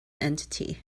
entity